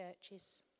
churches